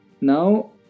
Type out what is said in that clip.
Now